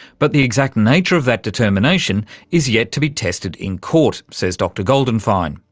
but the exact nature of that determination is yet to be tested in court, says dr goldenfein.